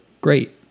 great